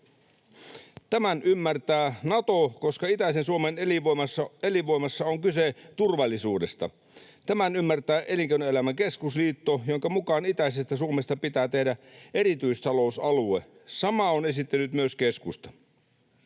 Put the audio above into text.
Tämän ymmärtää Nato, koska itäisen Suomen elinvoimassa on kyse turvallisuudesta. Tämän ymmärtää Elinkeinoelämän keskusliitto, jonka mukaan itäisestä Suomesta pitää tehdä erityistalousalue. Samaa on esittänyt myös keskusta.